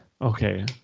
Okay